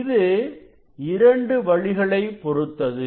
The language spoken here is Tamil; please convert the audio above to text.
இது இரண்டு வழிகளை பொறுத்தது